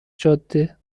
جاده